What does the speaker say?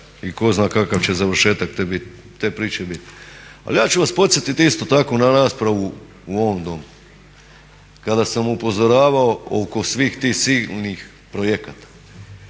i tko zna kakav će završetak te priče biti. Ali ja ću vas podsjetiti isto tako na raspravu u ovom Domu kada sam upozoravao oko svih tih silnih projekata.